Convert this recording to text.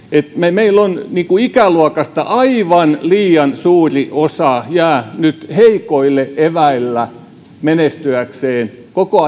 meillä ikäluokasta aivan liian suuri osa jää nyt heikoille eväille menestyäkseen koko